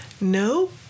no